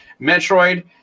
Metroid